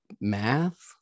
math